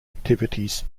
activities